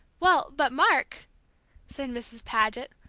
well, but, mark said mrs. paget,